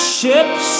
ships